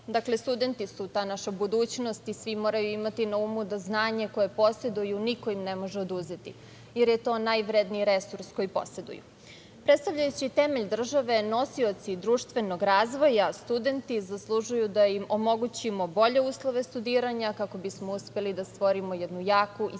Dakle, studenti su ta naša budućnost i svi moraju imati na umu da znanje koje poseduju niko im ne može oduzeti, jer je to najvrednije resurs koji poseduju. Predstavljajući temelj države, nosioci društvenog razvoja, studenti, zaslužuju da im omogućimo bolje uslove studiranja kako bismo uspeli da stvorimo jednu jaku i